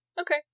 Okay